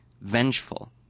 Vengeful